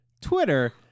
Twitter